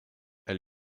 elle